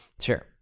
Sure